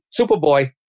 Superboy